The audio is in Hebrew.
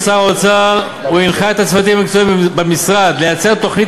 שר האוצר הנחה את הצוותים המקצועיים במשרד לייצר תוכנית